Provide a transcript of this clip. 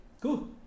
Cool